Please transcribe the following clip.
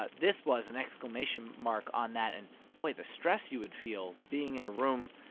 ah this was an exclamation mark on that. and, boy, the stress you would feel being in a room,